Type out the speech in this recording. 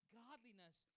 godliness